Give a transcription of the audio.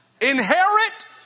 Inherit